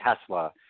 Tesla